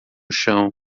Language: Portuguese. chão